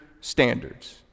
standards